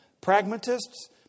pragmatists